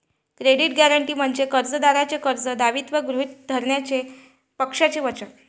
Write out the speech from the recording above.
credit guarantee म्हणजे कर्जदाराचे कर्ज दायित्व गृहीत धरण्याचे पक्षाचे वचन